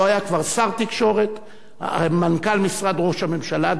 לא היה כבר שר תקשורת, מנכ"ל משרד ראש הממשלה דאז,